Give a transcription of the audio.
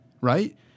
right